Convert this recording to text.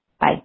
Bye